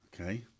Okay